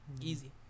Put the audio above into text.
easy